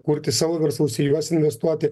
kurti savo verslus į juos investuoti